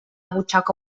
butxaca